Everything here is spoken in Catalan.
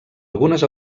algunes